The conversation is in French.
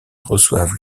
reçoivent